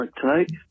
tonight